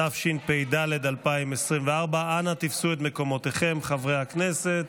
התשפ"ד 2024. אנא תפסו את מקומותיכם, חברי הכנסת.